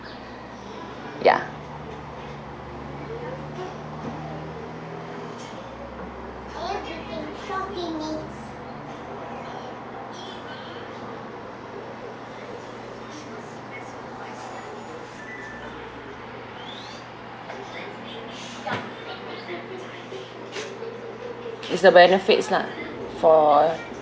ya is the benefit lah for